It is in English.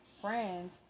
friends